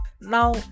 Now